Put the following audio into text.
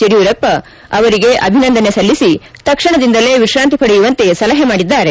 ಯಡಿಯೂರಪ್ಪ ರೂಪಾ ಅವರಿಗೆ ಅಭಿನಂದನೆ ಸಲ್ಲಿಸಿ ತಕ್ಷಣದಿಂದಲೇ ವಿಶ್ರಾಂತಿ ಪಡೆಯುವಂತೆ ಸಲಹೆ ಮಾಡಿದ್ದಾರೆ